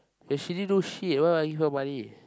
but she didn't do shit why would I give her money